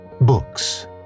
Books